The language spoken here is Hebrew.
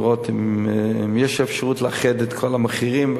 לראות אם יש אפשרות לאחד את כל המחירים,